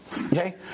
Okay